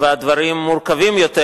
והדברים מורכבים יותר,